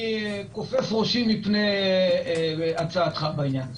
אני כופף ראשי מפני הצעתך בעניין הזה.